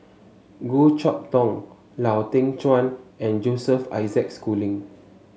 Goh Chok Tong Lau Teng Chuan and Joseph Isaac Schooling